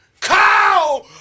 Cow